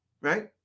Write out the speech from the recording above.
right